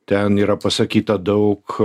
ten yra pasakyta daug